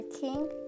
King